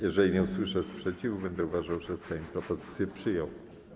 Jeżeli nie usłyszę sprzeciwu, będę uważał, że Sejm propozycję przyjął.